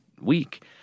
week